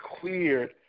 cleared